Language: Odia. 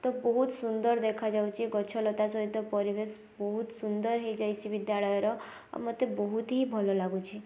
ତ ବହୁତ ସୁନ୍ଦର ଦେଖାଯାଉଛି ଗଛ ଲତା ସହିତ ପରିବେଶ ବହୁତ ସୁନ୍ଦର ହେଇଯାଇଛି ବିଦ୍ୟାଳୟର ଆଉ ମତେ ବହୁତ ହି ଭଲ ଲାଗୁଛି